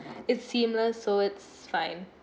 it's similar so it's fine